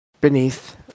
beneath